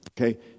Okay